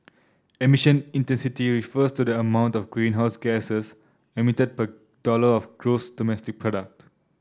emission intensity refers to the amount of greenhouses gas emitted per dollar of gross domestic product